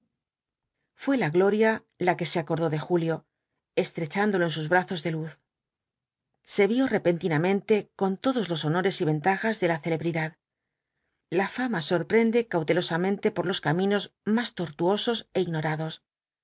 fué la gloria la que se acordó de julio estrechándolo en sus brazos de luz se vio repentinamente con todos los honores y ventajas de la celebridad la fama sorprende cautelosamente por los caminos más tortuosos é ignorados